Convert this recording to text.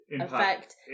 affect